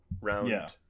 round